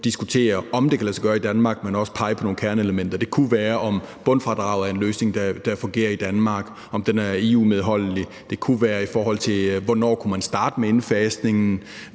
om, om det kan lade sig gøre i Danmark, men også peger på nogle kerneelementer. Det kunne være, om bundfradraget er en løsning, der fungerer i Danmark, og om den er EU-medholdelig. Det kunne være i forhold til, hvornår man kunne starte med indfasningen,